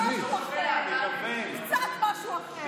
אפשר משהו אחר, קצת משהו אחר.